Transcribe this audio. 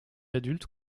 adultes